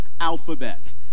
alphabet